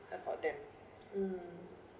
about them mm